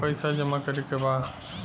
पैसा जमा करे के बा?